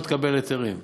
לא תקבל היתרים.